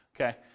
okay